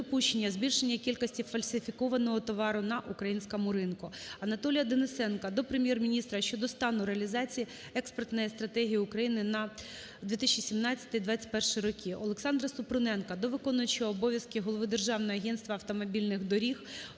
недопущення збільшення кількості фальсифікованого товару на українському ринку. Анатолія Денисенка до Прем'єр-міністра щодо стану реалізації Експертної стратегії України на 2017-2021 роки. Олександра Супруненка до виконуючого обов'язки голови Державного агентства автомобільних доріг,